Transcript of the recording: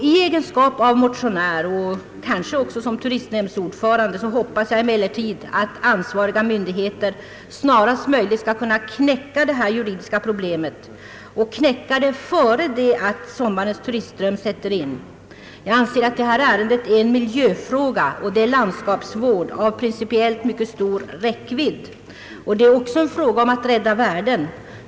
I egenskap av motionär och kanske också som turistnämndsordförande hoppas jag emellertid att ansvariga myndigheter snarast möjligt skall kunna knäcka detta juridiska problem — och göra det innan sommarens turistström sätter in. Jag anser att detta ärende är en miljöfråga, det är en fråga om landskapsvård av principiellt stor räckvidd. Det gäller också att rädda ekonomiska värden.